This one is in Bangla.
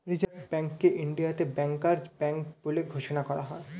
রিসার্ভ ব্যাঙ্ককে ইন্ডিয়াতে ব্যাংকার্স ব্যাঙ্ক বলে ঘোষণা করা হয়